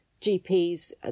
GPs